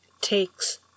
takes